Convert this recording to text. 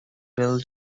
bill